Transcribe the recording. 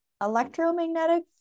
electromagnetic